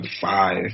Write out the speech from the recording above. five